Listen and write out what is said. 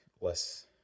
less